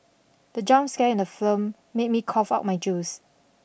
the jump scare in the film made me cough out my juice